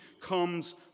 comes